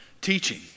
teaching